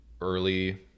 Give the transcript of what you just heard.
early